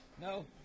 No